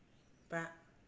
बा